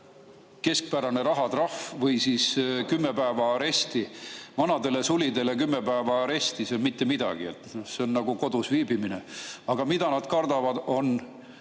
keskpärane rahatrahv või siis kümme päeva aresti. Vanadele sulidele kümme päeva aresti – see on mitte midagi. See on nagu kodus viibimine. Aga mida nad kardavad,